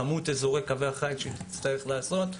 כמות אזורי קווי החיץ שהיא תצטרך לעשות.